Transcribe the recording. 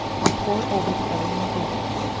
and pour over the other ingredients,